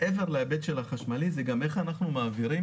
מעבר להיבט של החשמלי זה גם איך אנחנו מעבירים